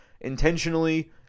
intentionally –